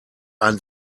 ein